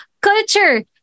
culture